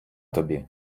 тобі